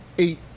eight